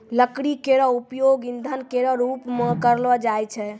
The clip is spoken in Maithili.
लकड़ी केरो उपयोग ईंधन केरो रूप मे करलो जाय छै